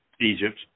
Egypt